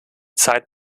zeit